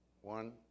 One